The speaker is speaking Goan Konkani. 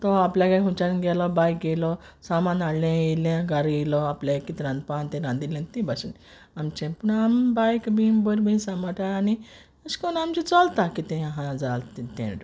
तो आपल्यागे खोंयच्यान गेलो बायक घेयन सामान हाडलें गारा येयलो आपल्या कितें रांदपा आसा तें रांदिल्लें ते बाशेन आमचें देखून आमी बायक बी बोरे बाशेन सांबाळटा आनी एशे कोन्न आमचें चोलता कितेंय आहा जाल्या तें